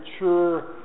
mature